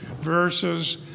versus